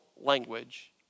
language